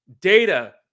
Data